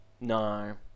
No